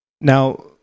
Now